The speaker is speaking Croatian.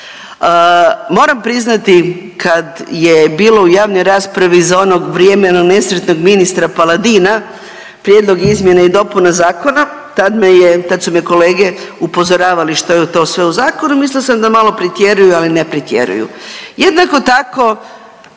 Moram priznati kad je bilo u javnoj raspravi za ono vrijeme onog nesretnog ministra Paladina prijedlog izmjene i dopuna zakona tad me je, tad su me kolege upozoravali što je to sve u zakonu, mislila sam da malo pretjeruju, ali ne pretjeruju. Jednako tako,